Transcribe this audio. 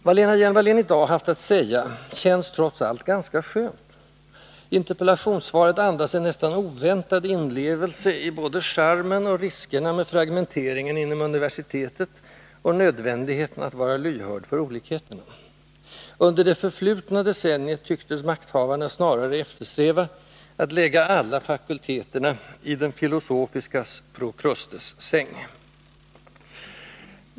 Vad Lena Hjelm-Wallén i dag haft att säga känns trots allt ganska skönt: interpellationssvaret andas en nästan oväntad inlevelse i både charmen och riskerna med fragmenteringen inom universitetet och nödvändigheten att vara lyhörd för olikheterna. Under det förflutna decenniet tycktes makthavarna snarare eftersträva att lägga alla fakulteterna i den filosofiskas Prokrustessäng.